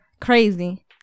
Crazy